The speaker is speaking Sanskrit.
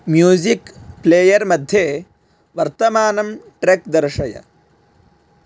म्यूसिक् प्लेयर् मध्ये वर्तमानं ट्रेक् दर्शय